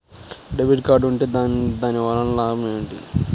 Debit card ఉంటే దాని వలన లాభం ఏమిటీ?